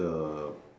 the